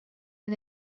and